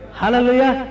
Hallelujah